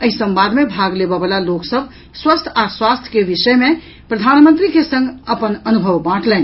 एहि संवाद मे भाग लेबऽ वला लोक सभ स्वस्थ आ स्वास्थ्य के विषय मे प्रधानमंत्री के संग अपन अनुभव बांटलनि